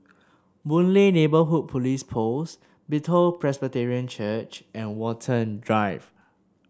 Boon Lay Neighbourhood Police Post Bethel Presbyterian Church and Watten Drive